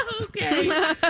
Okay